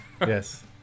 Yes